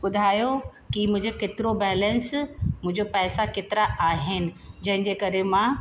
ॿुधायो कि मुंहिंजे केतिरो बैलेंस मुंहिंजो पैसा केतिरा आहिनि जंहिंजे करे मां